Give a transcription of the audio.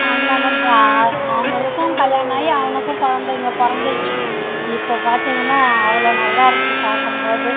அண்ணனும் அவர்களுக்கும் கல்யாணம் ஆகி அவனுக்கும் குழந்தைங்க பிறந்துச்சி இப்போது பார்த்திங்கனா அவ்வளோ நல்லா இருக்குது பார்க்கும் போது